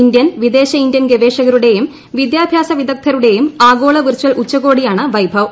Indian വിദേശ Indian ഗവേഷക രുടേയും വിദ്യാഭ്യാസ വിദഗ്ധരുടേയും ആഗോള വെർച്ചൽ ഉച്ചകോടിയാണ് വൈഭവ്